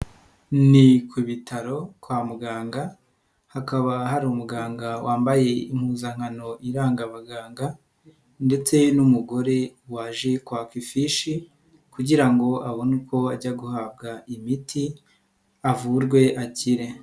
Ni ku bitaro kwa muganga, hakaba hari umuganga wambaye impuzankano iranga abaganga ndetse n'umugore waje kwaka ifishi kugira ngo abone uko ajya guhabwa imiti, avurwe akire.